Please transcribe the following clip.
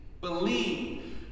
believe